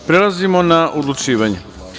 Prelazimo na odlučivanje.